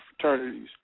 fraternities